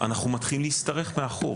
אנחנו מתחילים להשתרך מאחור.